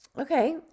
Okay